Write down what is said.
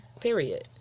Period